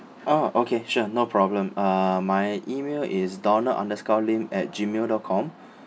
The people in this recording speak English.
orh okay sure no problem uh my email is donald underscore lim at gmail dot com